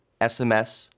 SMS